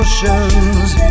Emotions